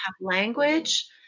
language